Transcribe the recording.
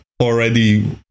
already